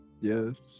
Yes